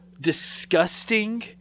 disgusting